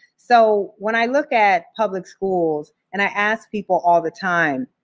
so, when i look at public schools and i ask people all the time,